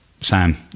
sam